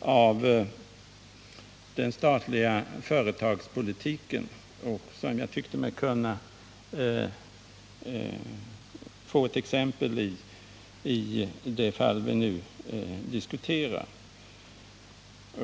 av den statliga företagspolitiken, något som jag tyckte mig kunna få ett exempel på i det fall som vi nu diskuterar.